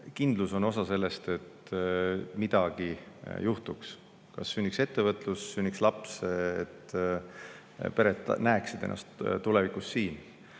kindlus on osa sellest, et midagi juhtuks: sünniks ettevõtlus, sünniks laps, pered näeksid enda tulevikku siin.